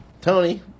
tony